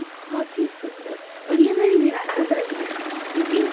बहुत ही सुंदर और ये हमारी विरासत रही है क्योंकि